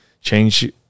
change